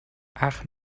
ach